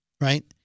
Right